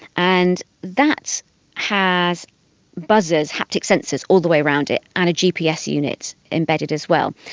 and that has buzzers, haptic sensors, all the way around it and a gps unit embedded as well.